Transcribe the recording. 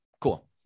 Cool